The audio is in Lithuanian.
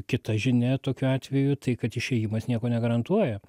kita žinia tokiu atveju tai kad išėjimas nieko negarantuoja